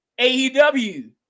AEW